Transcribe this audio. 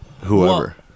whoever